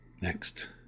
Next